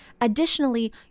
additionally